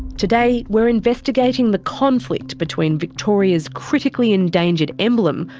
today we're investigating the conflict between victoria's critically endangered emblem,